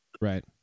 Right